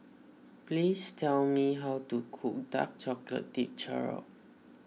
please tell me how to cook Dark Chocolate Dipped Churro